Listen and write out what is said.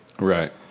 right